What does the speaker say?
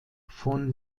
von